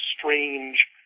strange